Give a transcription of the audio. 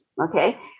Okay